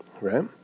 right